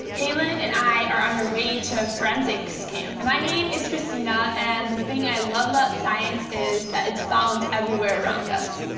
kaelyn and i are on our way to a forensics camp. my name is christina and the thing i love about science is that it's found everywhere around us.